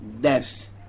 death